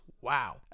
wow